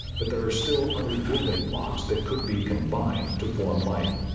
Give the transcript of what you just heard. but there are still other building blocks. that could be combined to form life